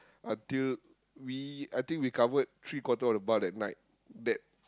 until we I think we covered three quarter of the bar that night that